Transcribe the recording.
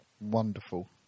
Wonderful